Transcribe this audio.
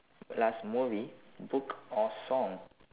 last movie book or song